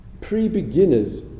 pre-beginners